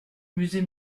musée